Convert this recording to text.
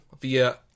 via